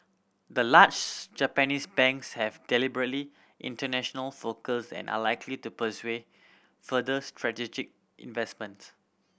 the large Japanese banks have deliberately international focus and are likely to further strategic investment